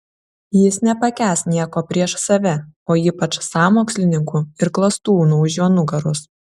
jis nepakęs nieko prieš save o ypač sąmokslininkų ir klastūnų už jo nugaros